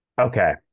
Okay